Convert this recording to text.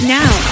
now